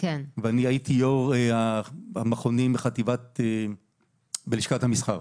והייתי יו"ר המכונים בלשכת המסחר.